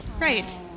Right